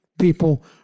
people